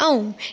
ऐं